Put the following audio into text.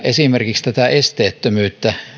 esimerkiksi esteettömyyttä